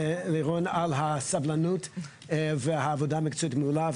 ללירון על הסבלנות והעבודה המקצועית המעולה.